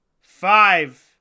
Five